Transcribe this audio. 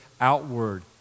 outward